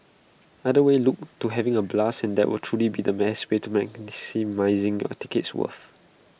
either way look to having A blast and that will truly be the way to maximising your ticket's worth